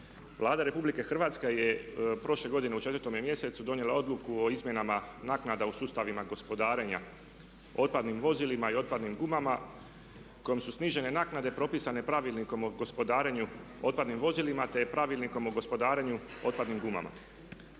Vlada RH je prošle godine u 4. mj. donijela Odluku o izmjenama naknada u sustavima gospodarenja otpadnim vozilima i otpadnim gumama kojem su snižene naknade propisane Pravilnikom o gospodarenju otpadnim vozilima te Pravilnikom o gospodarenju otpadnim gumama.